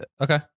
okay